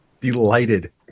delighted